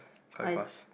quite fast